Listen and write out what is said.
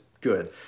good